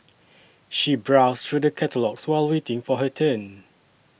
she browsed through the catalogues while waiting for her turn